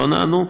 לא נענו,